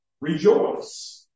Rejoice